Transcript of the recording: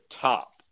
top